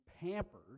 pampered